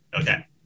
Okay